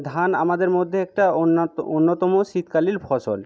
ধান আমাদের মধ্যে একটা অন্যতম শীতকালীন ফসল